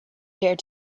dared